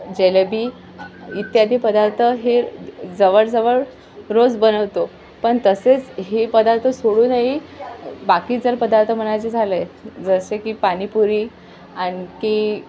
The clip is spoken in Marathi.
जिलबी इत्यादी पदार्थ हे जवळजवळ रोज बनवतो पण तसेच हे पदार्थ सोडूनही बाकी जर पदार्थ म्हणायचे झालं जसे की पाणीपुरी आणखी